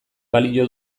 balio